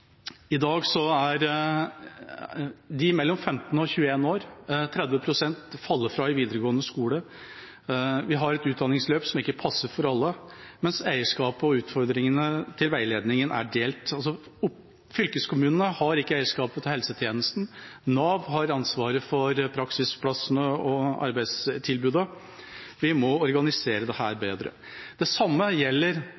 I dag faller 30 pst. av de mellom 15 og 21 år fra i videregående skole. Vi har et utdanningsløp som ikke passer for alle, mens eierskapet og utfordringene knyttet til veiledningen er delt. Fylkeskommunene har ikke eierskapet til helsetjenestene. Nav har ansvaret for praksisplassene og arbeidstilbudet. Vi må organisere dette bedre. Det